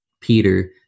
Peter